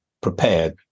prepared